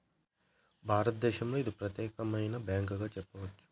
భారతదేశంలో ఇది ఒక ప్రత్యేకమైన బ్యాంకుగా చెప్పొచ్చు